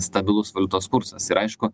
stabilus valiutos kursas ir aišku